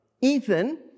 Ethan